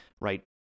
right